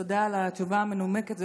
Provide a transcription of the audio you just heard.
תודה על התשובה המנומקת.